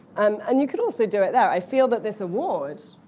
um and you could also do it there. i feel that this award.